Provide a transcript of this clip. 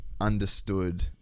understood